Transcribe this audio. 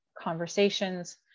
conversations